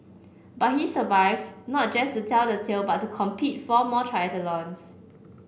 but he survived not just to tell the tale but to complete four more triathlons